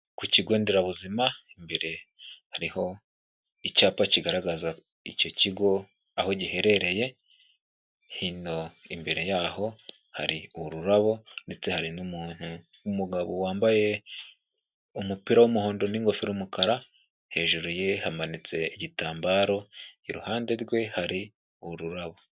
Ku kigo nderabuzima, imbere hariho icyapa kigaragaza icyo kigo aho giherereye, hino imbere yaho hari ururabo ndetse hari n'umuntu, umugabo wambaye umupira w'umuhondo n'ingofero y'umukara, hejuru ye hamanitse igitambaro, iruhande rwe hari ururabo.